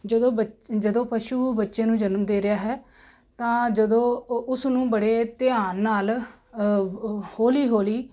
ਜਦੋਂ ਬਚ ਜਦੋਂ ਪਸ਼ੂ ਬੱਚੇ ਨੂੰ ਜਨਮ ਦੇ ਰਿਹਾ ਹੈ ਤਾਂ ਜਦੋਂ ਉਸ ਨੂੰ ਬੜੇ ਧਿਆਨ ਨਾਲ ਹੌਲੀ ਹੌਲੀ